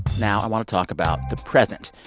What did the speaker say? now i want to talk about the present.